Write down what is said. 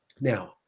Now